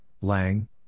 Lang